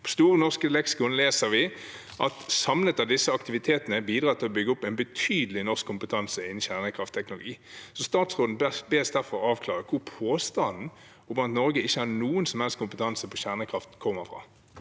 I Store norske leksikon leser vi: «Samlet har disse aktivitetene bidratt til å bygge opp en betydelig norsk kompetanse innen kjernekraftteknologi.» Statsråden bes derfor avklare hvor påstanden om at Norge ikke har noen som helst kompetanse på kjernekraft, kommer fra.